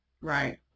right